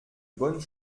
bonnes